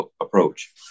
approach